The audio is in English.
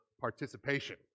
participation